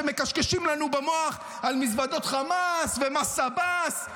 מקשקשים לנו במוח על מזוודות חמאס ומס עבאס.